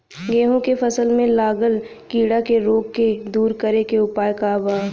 गेहूँ के फसल में लागल कीड़ा के रोग के दूर करे के उपाय का बा?